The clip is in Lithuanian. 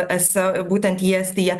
es būtent į estiją